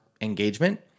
engagement